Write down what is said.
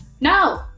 no